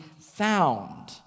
found